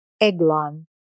Eglon